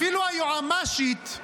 אפילו היועמ"שית,